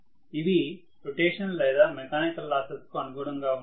ఇవి రొటేషనల్ లేదా mechanical losses కు అనుగుణంగా ఉంటాయి